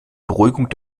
beruhigung